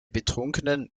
betrunkenen